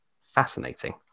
fascinating